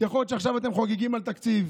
יכול להיות שעכשיו אתם חוגגים על התקציב,